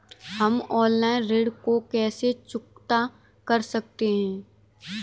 हम ऑनलाइन ऋण को कैसे चुकता कर सकते हैं?